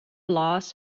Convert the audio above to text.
loss